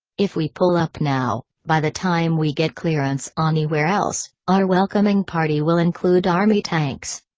if we pull up now, by the time we get clearance um anywhere else, our welcoming party will include army tanks.